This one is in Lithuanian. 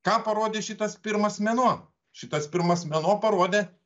ką parodė šitas pirmas mėnuo šitas pirmas mėnuo parodė